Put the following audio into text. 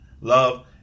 Love